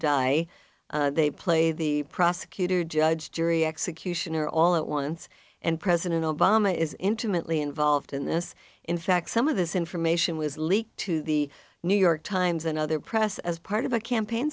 die they play the prosecutor judge jury executioner all at once and president obama is intimately involved in this in fact some of this information was leaked to the new york times and other press as part of a campaign